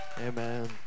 amen